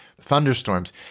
thunderstorms